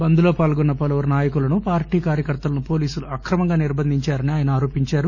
బంద్ లో పాల్గొన్న పలువురు నాయకులను పార్టీ కార్యకర్తలను పోలీసులు అక్రమంగా నిర్భందించారని ఆయన ఆరోపించారు